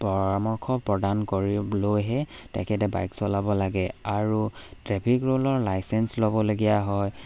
পৰামৰ্শ প্ৰদান কৰিবলৈহে তেখেতে বাইক চলাব লাগে আৰু ট্ৰেফিক ৰুলৰ লাইচেঞ্চ ল'বলগীয়া হয়